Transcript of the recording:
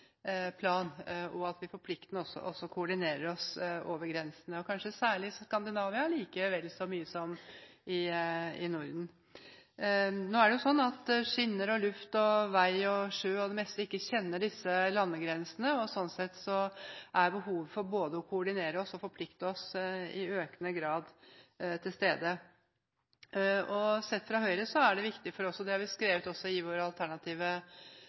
at vi forplikter oss og koordinerer oss over grensene, kanskje særlig i Skandinavia, i Norden. Nå er det jo slik at bane, luft, vei, sjø, og det meste, ikke kjenner disse landegrensene. Slik sett er behovet for både å koordinere oss og å forplikte oss i økende grad til stede. Sett fra Høyres side er det viktig for oss – det har vi også skrevet i vår alternative transportplan – å være med også i